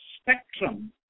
spectrum